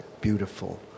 beautiful